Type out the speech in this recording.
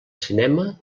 cinema